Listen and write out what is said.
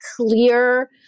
clear